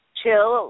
chill